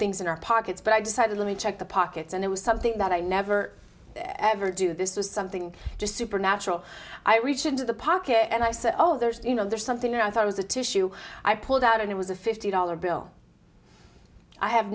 things in our pockets but i decided let me check the pockets and it was something that i never ever do this was something just supernatural i reach into the pocket and i said oh there's you know there's something that i thought was a tissue i pulled out and it was a fifty dollar bill i have